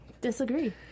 Disagree